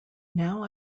now